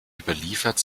überliefert